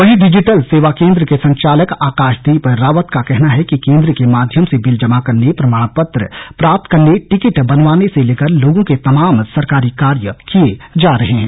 वहीं डिजिटल सेवा केंद्र के संचालक आकाशदीप रावत का कहना है कि केंद्र के माध्यम से बिल जमा करने प्रमाण पृत्र प्राप्त करने टिकिट बनवाने से लेकर लोगों के तमाम सरकारी कार्य किए जा रहे हैं